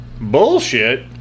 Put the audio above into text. Bullshit